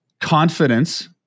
confidence